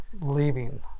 leaving